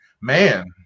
man